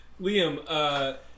Liam